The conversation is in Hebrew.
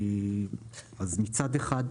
אז מצד אחד,